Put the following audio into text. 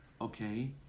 okay